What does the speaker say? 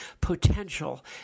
potential